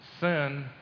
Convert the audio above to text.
Sin